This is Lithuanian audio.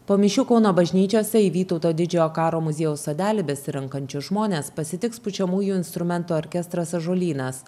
po mišių kauno bažnyčiose į vytauto didžiojo karo muziejaus sodelį besirenkančius žmones pasitiks pučiamųjų instrumentų orkestras ąžuolynas